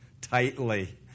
tightly